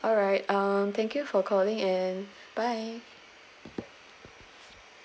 alright um thank you for calling and bye